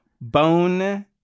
bone